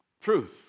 truth